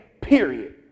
period